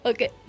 Okay